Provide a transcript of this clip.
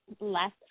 less